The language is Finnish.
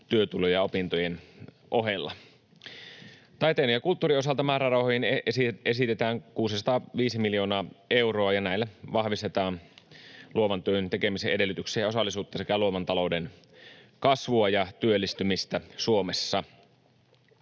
työtuloja opintojen ohella. Taiteen ja kulttuurin osalta määrärahoihin esitetään 605 miljoonaa euroa, ja näillä vahvistetaan luovan työn tekemisen edellytyksiä ja osallisuutta sekä luovan talouden kasvua ja työllistymistä Suomessa.